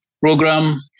program